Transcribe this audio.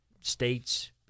states